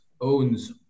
owns